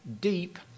deep